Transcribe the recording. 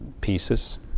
pieces